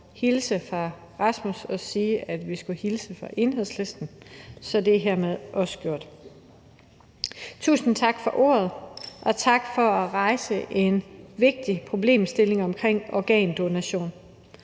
hilse fra ham og sige, at vi skulle hilse fra Enhedslisten. Så er det hermed også gjort. Tusind tak for ordet, og tak for at rejse en vigtig problemstilling omkring organdonation.